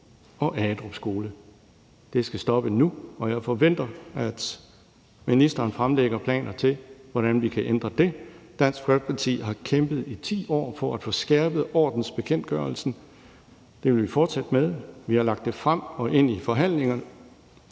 og Agedrup Skole. Det skal stoppe nu, og jeg forventer, at ministeren fremlægger planer for, hvordan vi kan ændre det. Dansk Folkeparti har kæmpet i 10 år for at få skærpet ordensbekendtgørelsen. Det vil vi fortsætte med. Vi har lagt det frem og ind i forhandlingerne,